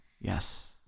Yes